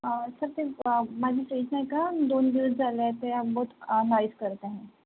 sir ते माझा fridge नाही का दोन दिवस झाले आहे ते आंबट नॉइस करत आहे